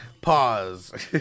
Pause